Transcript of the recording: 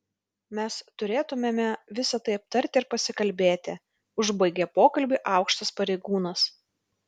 mes turėtumėme visa tai aptarti ir pasikalbėti užbaigė pokalbį aukštas pareigūnas